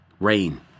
rain